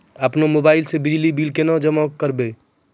अपनो मोबाइल से बिजली बिल केना जमा करभै?